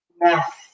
Yes